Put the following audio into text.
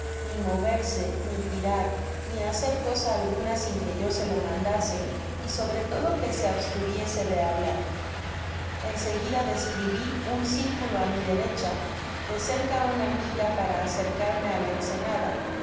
ni moverse ni tirar ni hacer cosa alguna sin que yo se lo mandase y sobre todo que se abstuviese do hablar en seguida describi un circulo á mi derecha de cerca una milla para acercarme á la ensenada